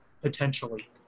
potentially